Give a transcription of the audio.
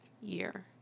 year